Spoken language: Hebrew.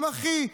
גם אחי,